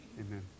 amen